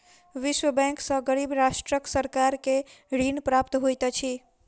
विश्व बैंक सॅ गरीब राष्ट्रक सरकार के ऋण प्राप्त होइत अछि